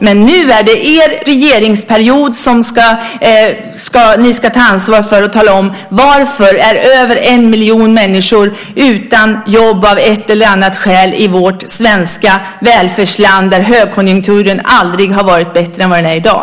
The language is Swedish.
Men nu är det er regeringsperiod som ni ska ta ansvar för, och ni ska tala om varför över en miljon människor är utan jobb av ett eller annat skäl i vårt svenska välfärdsland, där högkonjunkturen aldrig har varit bättre än vad den är i dag.